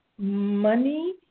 Money